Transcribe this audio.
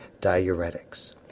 diuretics